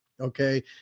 okay